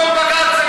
פתאום בג"ץ,